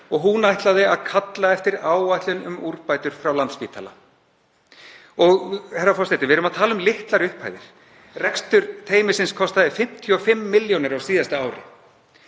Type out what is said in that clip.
og hún ætlaði að kalla eftir áætlun um úrbætur frá Landspítala. Herra forseti. Við erum að tala um litlar upphæðir. Rekstur teymisins kostaði 55 milljónir á síðasta ári.